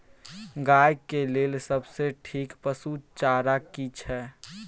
गाय के लेल सबसे ठीक पसु चारा की छै?